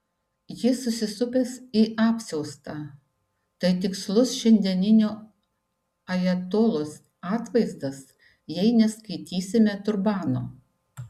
jis susisupęs į apsiaustą tai tikslus šiandieninio ajatolos atvaizdas jei neskaitysime turbano